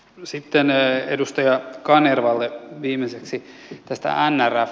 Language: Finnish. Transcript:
sitten edustaja kanervalle viimeiseksi tästä nrf